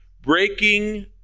breaking